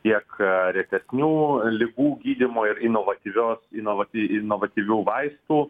kiek retesnių ligų gydymo ir inovatyvios inovaty inovatyvių vaistų